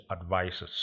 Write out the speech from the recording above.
advisors